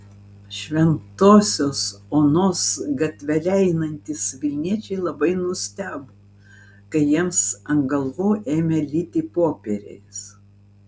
šventosios onos gatvele einantys vilniečiai labai nustebo kai jiems ant galvų ėmė lyti popieriais